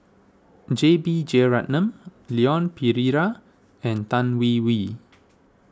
J B Jeyaretnam Leon Perera and Tan Hwee Hwee